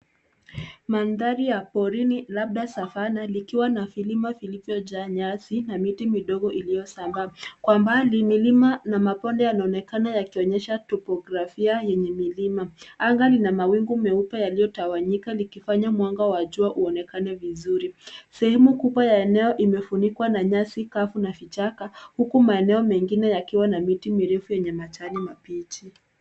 Mandhari ya porini labda Savana likiwa na vilima vilivyojaa nyasi na miti midogo iliyosamba. Kwa mbali milima na mabonde yanaonekana yakionyesha topografia yenye milima. Anga lina mawingu meupe yaliyotawanyika likifanya mwanga wa jua uonekane vizuri. Sehemu kubwa ya eneo imefunikwa na nyasi kavu na vichaka huku maeneo mengine yakiwa na miti mirefu yenye majani mabichi.